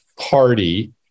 party